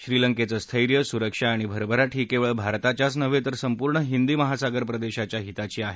श्रीलंकेचं स्थैयं सुरक्षा आणि भरभराट ही केवळ भारताच्याच नव्हे तर संपूर्ण हिंदी महासागर प्रदेशाच्या हिताची आहे